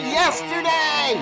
yesterday